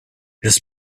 his